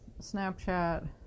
Snapchat